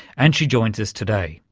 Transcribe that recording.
and she joins us today.